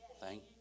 Thank